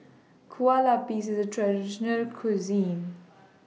Kueh Lapis IS A Traditional Cuisine